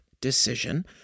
decision